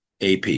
AP